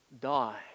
die